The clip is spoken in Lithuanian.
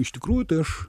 iš tikrųjų tai aš